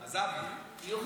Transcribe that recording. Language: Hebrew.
עזבתי.